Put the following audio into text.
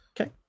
Okay